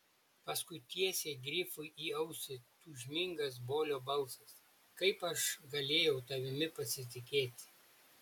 paskui tiesiai grifui į ausį tūžmingas bolio balsas kaip aš galėjau tavimi pasitikėti